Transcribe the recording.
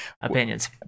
opinions